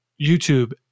YouTube